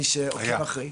מי שעוקב אחרי,